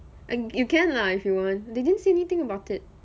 you can lah if you want they didn't say anything about it